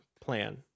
plan